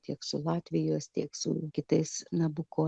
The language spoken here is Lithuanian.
tiek su latvijos tiek su kitais nabuko